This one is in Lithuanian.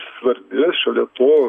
svarbi šalia to